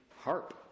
harp